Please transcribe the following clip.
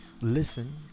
listen